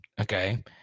Okay